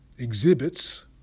Exhibits